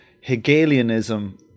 hegelianism